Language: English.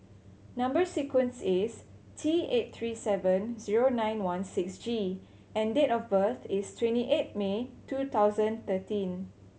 number sequence is T eight three seven zero nine one six G and date of birth is twenty eight May two thousand thirteen